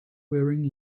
wearing